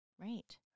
Right